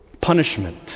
punishment